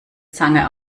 zange